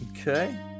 Okay